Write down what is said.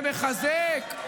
זה מחזק?